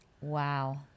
Wow